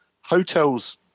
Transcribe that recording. Hotels